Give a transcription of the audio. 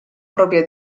propria